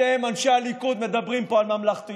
אתם, אנשי הליכוד, מדברים פה על ממלכתיות?